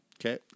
Okay